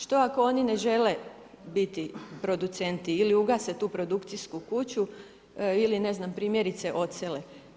Što ako oni ne žele biti producenti ili ugase tu produkcijsku kuću ili ne znam, primjerice odsele?